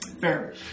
Fair